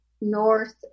north